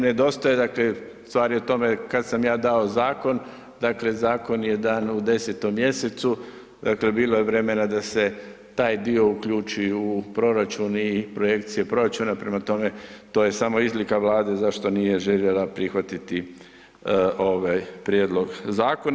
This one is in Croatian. Ne nedostaje, stvar je u tome kada sam ja dao zakon, dakle zakon je dan u 10.mjesecu bilo je vremena da se taj dio uključi u proračun i projekcije proračuna, prema tome, to je samo izlika Vlade zašto nije željela prihvatiti ovaj prijedlog zakona.